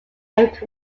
eric